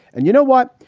and you know what?